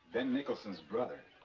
ben nicholson's brother.